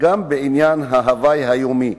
אלא גם בעניין ההווי היומי.